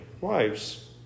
Wives